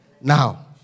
Now